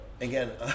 again